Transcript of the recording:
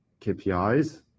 KPIs